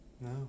No